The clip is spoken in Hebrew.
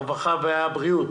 הרווחה והבריאות